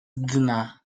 dna